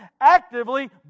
actively